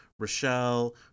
Rochelle